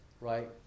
right